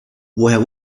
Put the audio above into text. woher